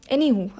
Anywho